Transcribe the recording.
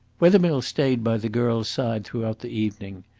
wethermill stayed by the girl's side throughout the evening.